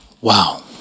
Wow